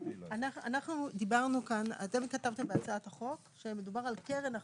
אתם כתבתם בהצעת החוק שמדובר על קרן החוב.